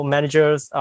Managers